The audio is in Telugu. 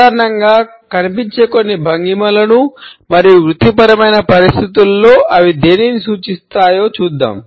సాధారణంగా కనిపించే కొన్ని భంగిమలను మరియు వృత్తిపరమైన పరిస్థితులలో అవి దేనిని సూచిస్తాయో చూద్దాం